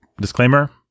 disclaimer